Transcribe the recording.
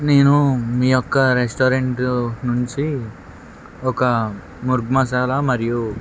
నేను మీ యొక్క రెస్టారెంటు నుంచి ఒక ముర్గ్ మసాలా మరియు